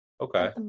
Okay